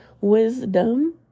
wisdom